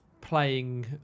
playing